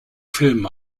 filmen